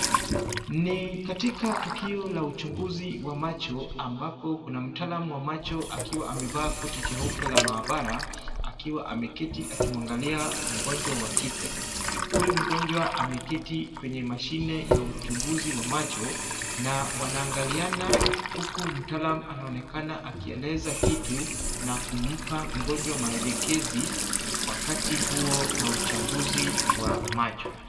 Ni katika tukio la uchunguzi wa macho ambapo kuna mtaalamu wa macho akiwa amevaa koti jeupe la maabara akiwa ameketi akimwangalia mgonjwa wa kike. Huyu mgonjwa ameketi kwenye mashine ya uchunguzi wa macho na wanaangaliana huku mtaalamu anaonekana akieleza kitu na kumpa mgonjwa maelekezi wakati huo wa uchambuzi wa macho.